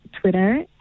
twitter